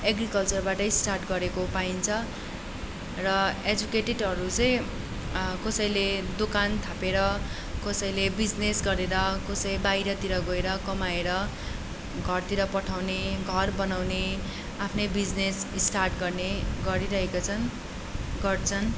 एग्रिकल्चरबाट start गरेको पाइन्छ र एजुकेटेडहरू चाहिँ कसैले दोकान थापेर कसैले बिजनेस गरेर कसै बाहिरतिर गएर कमाएर घरतिर पठाउने घर बनाउने आफ्नै बिजनेस स्टार्ट गर्ने गरिरहेका छन् गर्छन्